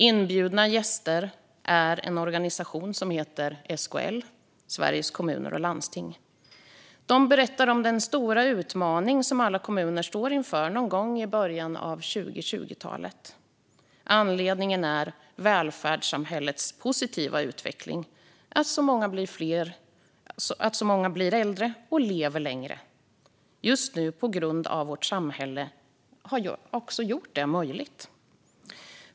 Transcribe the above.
Inbjudna gäster är en organisation som heter SKL, Sveriges Kommuner och Landsting. De berättar om den stora utmaning som alla kommuner står inför någon gång i början av 2020-talet. Anledningen är välfärdssamhällets positiva utveckling - att så många blir äldre och lever längre - just på grund av att vårt samhälle har gjort det möjligt.